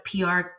PR